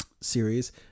series